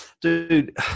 dude